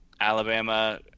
Alabama